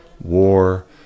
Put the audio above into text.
war